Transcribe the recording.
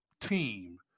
team